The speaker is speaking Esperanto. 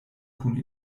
kun